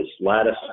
lattice